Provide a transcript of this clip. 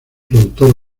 productor